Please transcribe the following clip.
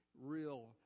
real